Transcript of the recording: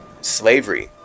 slavery